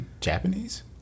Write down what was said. Japanese